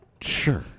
Sure